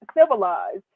civilized